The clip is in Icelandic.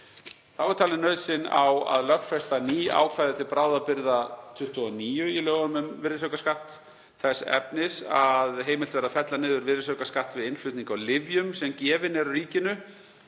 Þá er talin nauðsyn á að lögfesta á ný ákvæði til bráðabirgða 29 í lögum um virðisaukaskatt þess efnis að heimilt verði að fella niður virðisaukaskatt við innflutning á lyfjum sem gefin eru ríkinu